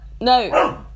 no